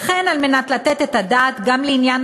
וכן על מנת לתת את הדעת גם לעניין